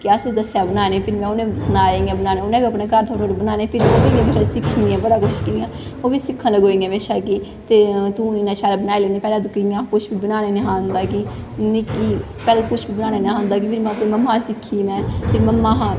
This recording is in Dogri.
कि असें दस्सेआ बनाने फिर में उ'नें बी सनाया इ'यां इ'यां बनाओ फिर उ'नें बी अपने घर थोह्ड़े थोह्ड़े बनाने बड़ा कुछ इ'यां ओह् बी सिक्खन लगी पेइयां मेरे शा कि ते तूं इन्ना शैल बनाई लैन्नी पैह्लें तुगी इ'यां किश बनाने नेईं ही आंदा कि मिगी पैह्लें कुछ बनाने नेईं ही आंदा कि फिर में मम्मा शा सिक्खी फिर मम्मा शा